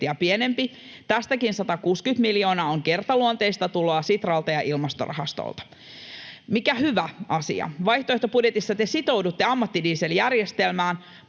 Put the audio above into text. pienempi, ja tästäkin 160 miljoonaa euroa on kertaluonteista tuloa Sitralta ja Ilmastorahastolta. Mikä hyvä asia, vaihtoehtobudjetissa te sitoudutte ammattidieseljärjestelmään,